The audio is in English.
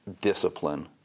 discipline